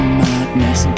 madness